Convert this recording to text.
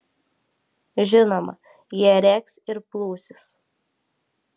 žinoma jie rėks ir plūsis